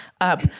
up